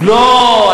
לא,